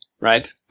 right